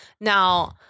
Now